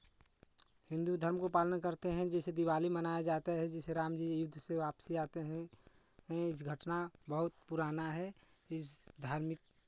हिन्दू धर्म को पालन करते हैं जैसे दिवाली मनाया जाता है जैसे रामजी युद्ध से वापसी आते हैं ई घटना बहुत पुराना है धार्मिक